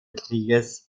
krieges